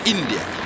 India